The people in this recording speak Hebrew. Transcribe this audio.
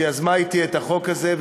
שיזמה אתי את החוק הזה,